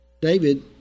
David